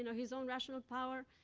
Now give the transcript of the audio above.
and his own rational power,